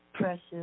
Precious